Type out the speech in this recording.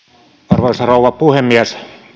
arvoisa rouva puhemies